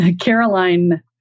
Caroline